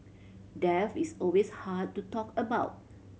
death is always hard to talk about